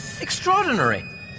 extraordinary